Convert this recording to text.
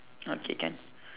okay can